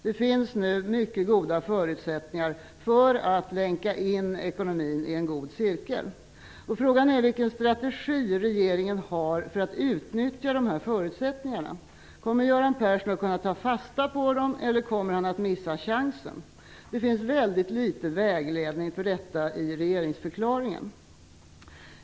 Det finns nu mycket goda förutsättningar för att länka in ekonomin i en god cirkel. Frågan är vilken strategi regeringen har för att utnyttja de här förutsättningarna. Kommer Göran Persson att ta fasta på dem, eller kommer han att missa chansen? Det finns väldigt litet vägledning för detta i regeringsförklaringen.